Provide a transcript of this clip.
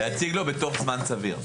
להציג לו בתוך זמן סביר.